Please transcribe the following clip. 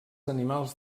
animals